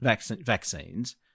vaccines